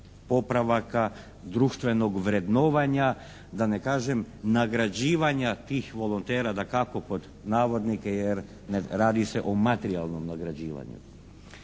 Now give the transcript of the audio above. popravaka društvenog vrednovanja, da ne kažem nagrađivanja tih volontera. Dakako, pod navodnike jer radi se o materijalnom nagrađivanju.